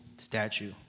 statue